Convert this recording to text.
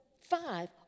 five